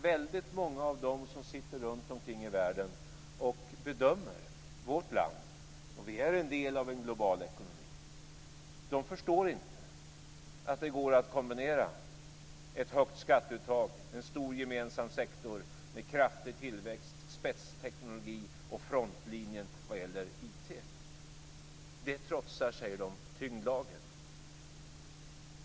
Väldigt många av dem som sitter runtomkring i världen och bedömer vårt land - och vi är en del av en global ekonomi - förstår inte att det går att kombinera ett högt skatteuttag, en stor gemensam sektor, med kraftig tillväxt, spetsteknologi och frontlinjen vad gäller IT. Det trotsar, säger de, tyngdlagen.